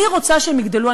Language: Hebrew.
אני רוצה שהם יגדלו.